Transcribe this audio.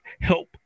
help